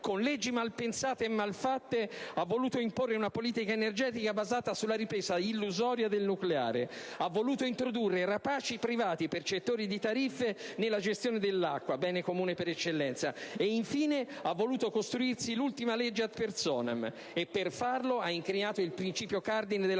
Con leggi mal pensate e mal fatte ha voluto imporre una politica energetica basata sulla ripresa illusoria del nucleare; ha voluto introdurre rapaci privati percettori di tariffe nella gestione dell'acqua, bene comune per eccellenza, e, infine, ha voluto costruirsi l'ultima legge *ad personam* e, per farlo, ha incrinato il principio cardine della